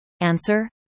Answer